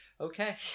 Okay